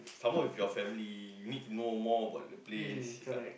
some more with your family you need to know more about the place